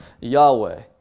Yahweh